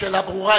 השאלה ברורה,